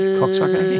cocksucker